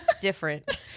different